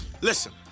Listen